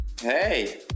Hey